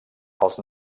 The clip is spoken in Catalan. els